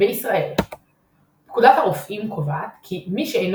בישראל פקודת הרופאים קובעת כי "מי שאינו